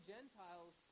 Gentiles